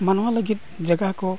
ᱢᱟᱱᱣᱟ ᱞᱟᱹᱜᱤᱫ ᱡᱟᱭᱜᱟᱠᱚ